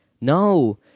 no